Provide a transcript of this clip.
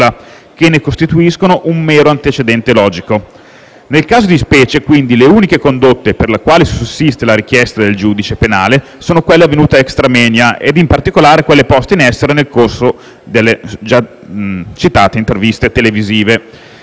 che ne costituiscono un mero antecedente logico. Nel caso di specie, quindi, le uniche condotte per le quali sussiste la richiesta del giudice penale sono quelle avvenute *extra moenia* e in particolare quelle poste in essere nel corso delle citate interviste televisive.